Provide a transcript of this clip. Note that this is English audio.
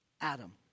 Adam